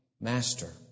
master